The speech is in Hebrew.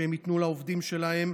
שייתנו לעובדים שלהם,